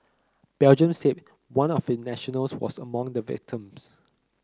Belgium said one of its nationals was among the victims